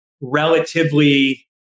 relatively